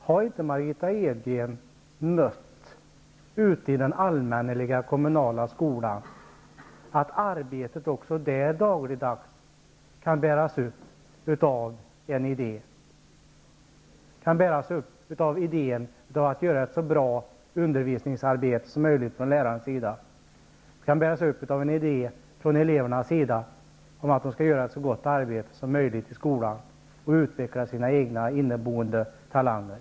Har inte Margitta Edgren mött att arbetet också ute i den allmänneliga, kommunala skolan dagligdags kan bäras upp av en idé -- kan bäras upp av en idé från lärarnas sida att göra ett så bra undervisningsarbete som möjligt, kan bäras upp av en idé från elevernas sida att de skall göra ett så gott arbete som möjligt i skolan och utveckla sina inneboende talanger?